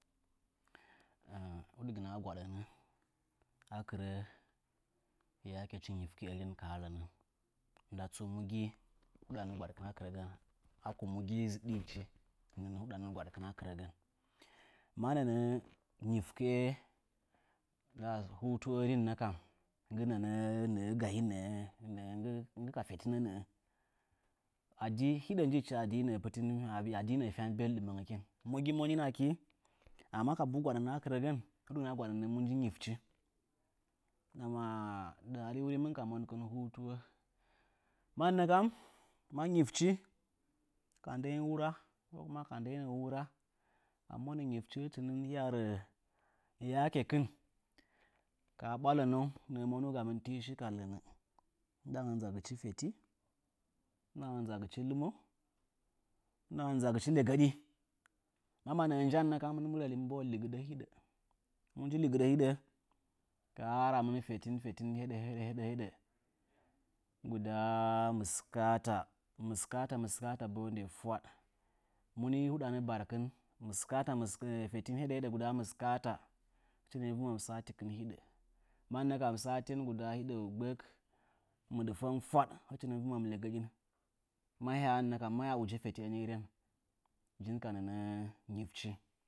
huɗgɨnə a gnaɗənə a kɨrə yakechi nyifchi hɨn ka ha hənən. nda tsu mu gi huɗanə gwaɗkɨn a kɨrəgən, aku mu gi zɨɗɨchi huɗanə gwaɗkɨna kɨrəgən? Mannə nyifkɨ'e, hutuwenin nə kam, nggɨ nənə nə'ə gahi nggi nə'ə gahi a ɗi hiɗə njichi nə'ə fyan beldimə ngəkin. Mu gi monin akɨ, amma kabu monin akɨ, huɗgɨnə a gwaɗənə mu nji nyifchi? Ndama dɨ hari wuri hɨmɨn kai monkɨn hutuwo. Mannə kam, ma nyifchi ka ndənyi wura ko kuma ka ndəinə wura, a mɨ, monə nyifchi, hɨchi nɨ niya rə yakekin a bwa lənəngu nə'ə manuugamɨn tɨ shi ka lənə. Ndɨɗangən nzagɨchi feti, ndɨɗangən nzagɨchi lumo, ndɨɗangən nzagɨchi legəɗi. Ma ma nə'ə njan nə kam, nɨn mɨ rə mɨ mbəə ligɨɗə hiɗə. Mu nji ligɨɗə hiɗə, ka hə namɨn fetin məskəta, mɨskəta bo hə nde fwaɗ. Mu nɨ huɗanə barkɨn, mɨskəta feti heɗə heɗə hə mɨskəta hɨchinɨ vɨmam satikyn mɨskəya hɨchinɨ vɨm'am satikɨn hiɗə. sati hiɗou, gbək, mɨɗfəng fwaɗ, mahyə iyi etiye nɨ rinjin ka nənə nyifchi.